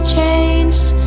changed